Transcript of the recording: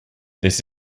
this